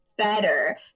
better